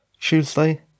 Tuesday